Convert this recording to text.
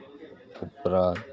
ಗೊಬ್ಬರ